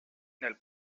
nel